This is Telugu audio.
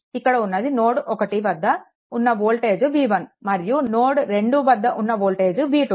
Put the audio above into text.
ఇక్కడ ఉన్నది నోడ్ 1 వద్ద ఉన్న వోల్టేజ్ V1 మరియు నోడ్ 2 వద్ద ఉన్న వోల్టేజ్ V2